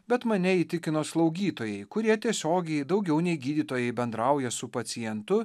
bet mane įtikino slaugytojai kurie tiesiogiai daugiau nei gydytojai bendrauja su pacientu